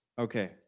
Okay